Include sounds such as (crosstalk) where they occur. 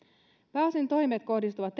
pääosin toimet kohdistuvat (unintelligible)